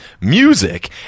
music